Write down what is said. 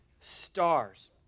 stars